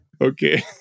Okay